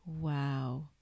Wow